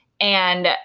And-